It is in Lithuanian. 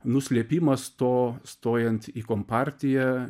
nuslėpimas to stojant į kompartiją